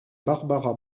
barbara